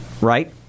right